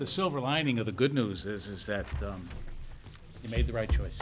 the silver lining of the good news is that you made the right choice